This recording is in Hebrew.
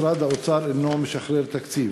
היא ענתה שמשרד האוצר אינו משחרר תקציב.